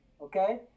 okay